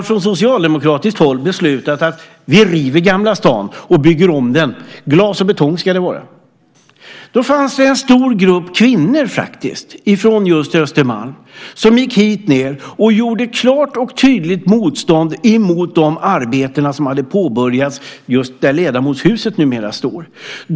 Från socialdemokratiskt håll beslöt man då: Vi river Gamla stan och bygger om den. Glas och betong ska det vara. Då fanns en stor grupp kvinnor från just Östermalm som gick hit ned och gjorde klart och tydligt motstånd mot de arbeten som hade påbörjats just där Ledamotshuset numera står.